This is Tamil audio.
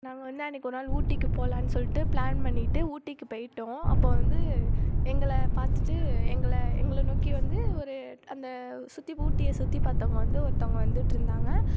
நாங்கள் வந்து அன்னிக்கி ஒருநாள் ஊட்டிக்குப் போகலான்னு சொல்லிட்டு ப்ளான் பண்ணிவிட்டு ஊட்டிக்கு போயிட்டோம் அப்போது வந்து எங்களை பார்த்துவிட்டு எங்களை எங்களை நோக்கி வந்து ஒரு அந்த சுற்றி ஊட்டியை சுற்றி பார்த்தவங்க வந்து ஒருத்தங்க வந்துட்டு இருந்தாங்க